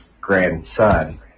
grandson